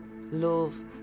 love